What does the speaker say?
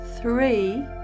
three